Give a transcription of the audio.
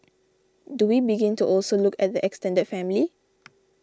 do we begin to also look at the extended family